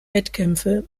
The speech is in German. wettkämpfe